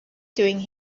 doing